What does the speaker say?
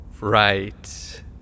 Right